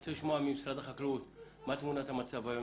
רוצה לשמוע ממשרד החקלאות מה תמונת המצב היום.